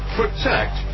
protect